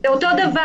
זה אותו דבר.